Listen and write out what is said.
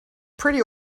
pretty